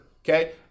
okay